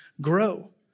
grow